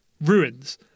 ruins